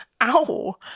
Ow